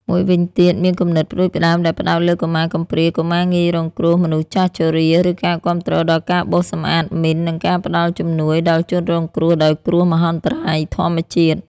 មួយវិញទៀតមានគំនិតផ្តួចផ្តើមដែលផ្តោតលើកុមារកំព្រា កុមារងាយរងគ្រោះ មនុស្សចាស់ជរា ឬការគាំទ្រដល់ការបោសសម្អាតមីន និងការផ្តល់ជំនួយដល់ជនរងគ្រោះដោយគ្រោះមហន្តរាយធម្មជាតិ។